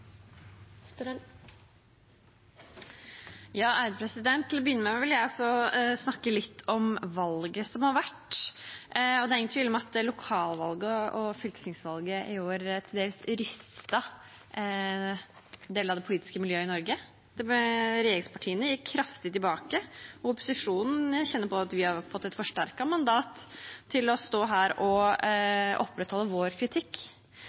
Til å begynne med vil jeg snakke litt om valget som har vært. Det er ingen tvil om at lokalvalget og fylkestingsvalget i år til dels rystet en del av det politiske miljøet i Norge. Regjeringspartiene gikk kraftig tilbake, og opposisjonen kjenner på at vi har fått et forsterket mandat til å stå her og opprettholde vår kritikk.